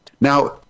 Now